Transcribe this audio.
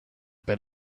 bet